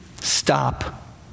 stop